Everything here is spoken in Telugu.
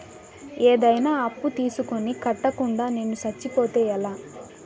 ఏదైనా అప్పు తీసుకొని కట్టకుండా నేను సచ్చిపోతే ఎలా